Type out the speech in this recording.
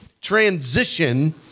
transition